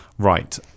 Right